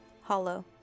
Hollow